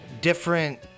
different